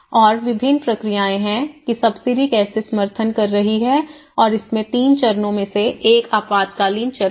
और विभिन्न प्रक्रियाएं हैं कि सब्सिडी कैसे समर्थन कर रही है और इसमें 3 चरणों में से एक आपातकालीन चरण है